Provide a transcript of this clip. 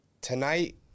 tonight